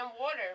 water